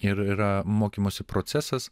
ir yra mokymosi procesas